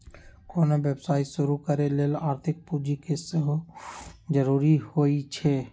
कोनो व्यवसाय शुरू करे लेल आर्थिक पूजी के सेहो जरूरी होइ छै